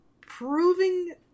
proving